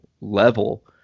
level